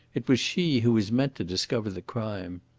it was she who was meant to discover the crime.